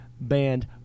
band